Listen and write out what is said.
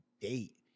date